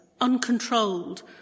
uncontrolled